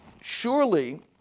Surely